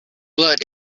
blood